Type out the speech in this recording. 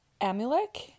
Amulek